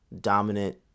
dominant